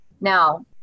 Now